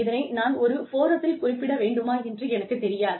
இதனை நான் ஒரு ஃபோரத்தில் குறிப்பிட வேண்டுமா என்று எனக்குத் தெரியாது